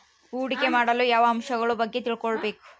ಹೂಡಿಕೆ ಮಾಡಲು ಯಾವ ಅಂಶಗಳ ಬಗ್ಗೆ ತಿಳ್ಕೊಬೇಕು?